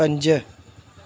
पंज